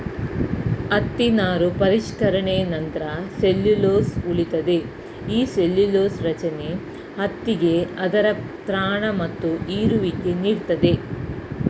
ಹತ್ತಿ ನಾರು ಪರಿಷ್ಕರಣೆ ನಂತ್ರ ಸೆಲ್ಲ್ಯುಲೊಸ್ ಉಳಿತದೆ ಈ ಸೆಲ್ಲ್ಯುಲೊಸ ರಚನೆ ಹತ್ತಿಗೆ ಅದರ ತ್ರಾಣ ಮತ್ತು ಹೀರುವಿಕೆ ನೀಡ್ತದೆ